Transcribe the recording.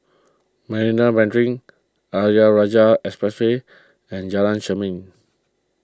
Marina Mandarin Ayer Rajah Expressway and Jalan Jermin